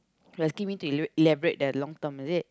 you asking me to elab~ elaborate the long term is it